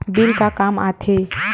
Bill का काम आ थे?